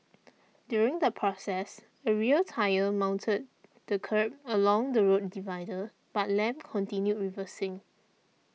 during the process a rear tyre mounted the kerb along the road divider but Lam continued reversing